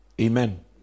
Amen